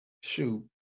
shoot